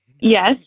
Yes